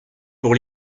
pour